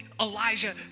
Elijah